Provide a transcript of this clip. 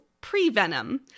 pre-venom